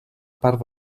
part